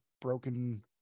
broken